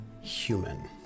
human